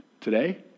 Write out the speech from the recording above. today